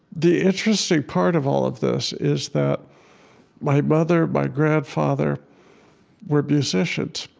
the interesting part of all of this is that my mother, my grandfather were musicians.